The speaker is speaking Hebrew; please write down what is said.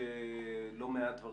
מה אתם מתכננים?